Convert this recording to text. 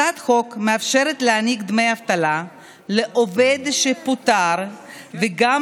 הצעת החוק מאפשרת להעניק דמי אבטלה לעובד שפוטר וגם